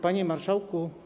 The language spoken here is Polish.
Panie Marszałku!